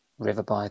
Riverby